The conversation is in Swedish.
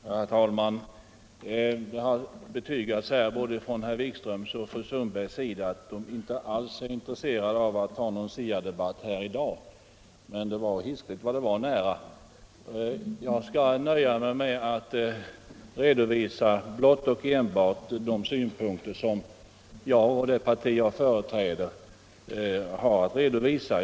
Herr talman! Det har betygats både från herr Wikströms och fru Sundbergs sida att de inte alls är intresserade av någon SIA-debatt i dag, men dot var hiskligt vad det var nära! Jag nöjer mig tills vidare med att här enbart ta upp de synpunkter som jag och det parti jag företräder har att redovisa.